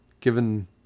given